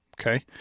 Okay